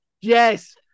yes